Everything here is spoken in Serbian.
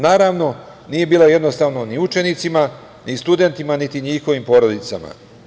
Naravno, nije bilo jednostavno ni učenicima, ni studentima, niti njihovim porodicama.